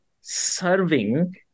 serving